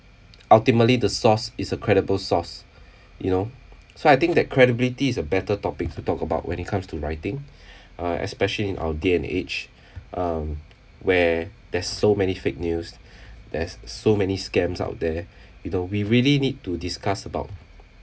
ultimately the source is a credible source you know so I think that credibility is a better topic to talk about when it comes to writing uh especially in our day and age um where there's so many fake news there's so many scams out there you know we really need to discuss about